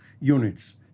units